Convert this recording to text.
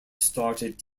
started